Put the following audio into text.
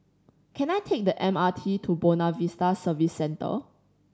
can I take the M R T to Buona Vista Service Centre